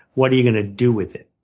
what are you going to do with it?